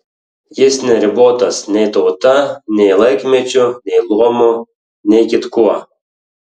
jis neribotas nei tauta nei laikmečiu nei luomu nei kitkuo